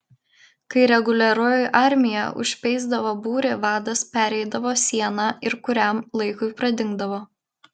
kai reguliarioji armija užspeisdavo būrį vadas pereidavo sieną ir kuriam laikui pradingdavo